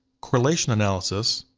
correlation analysis,